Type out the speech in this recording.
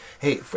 Hey